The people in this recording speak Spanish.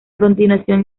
continuación